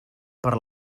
per